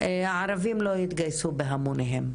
הערבים לא יתגייסו בהמוניהם,